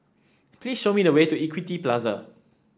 please show me the way to Equity Plaza